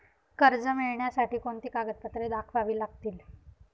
कर्ज मिळण्यासाठी कोणती कागदपत्रे दाखवावी लागतील?